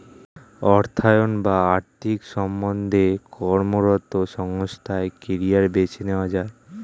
অর্থায়ন বা আর্থিক সম্বন্ধে কর্মরত সংস্থায় কেরিয়ার বেছে নেওয়া যায়